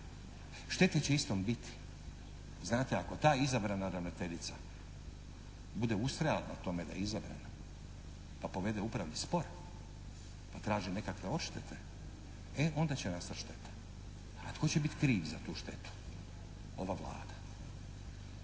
Štete će istom biti. Znate ako ta izabrana ravnateljica bude ustrajala na tome da je izabrana pa povede upravni spor, pa traži nekakve odštete, e onda će nastati šteta. A tko će biti kriv za tu štetu? Ova Vlada.